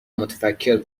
متفکر